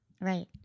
right